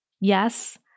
Yes